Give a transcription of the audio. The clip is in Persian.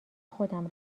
خودم